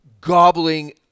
gobbling